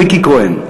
ריקי כהן: